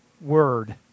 word